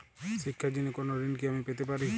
শিক্ষার জন্য কোনো ঋণ কি আমি পেতে পারি?